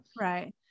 Right